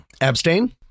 Abstain